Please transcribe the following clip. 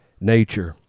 nature